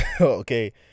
okay